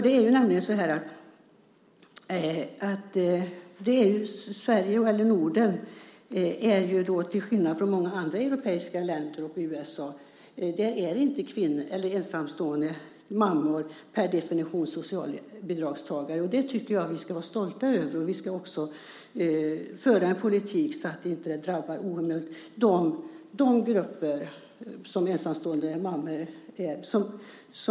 Det är nämligen så att i Norden, till skillnad från många andra europeiska länder och USA, är inte ensamstående mammor per definition socialbidragstagare. Det tycker jag att vi ska vara stolta över. Vi ska också föra en politik så att det inte i onödan drabbar den grupp som ensamstående mammor tillhör.